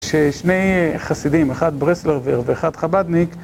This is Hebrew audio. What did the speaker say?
ששני חסידים, אחד ברסלרוור ואחד חבדניק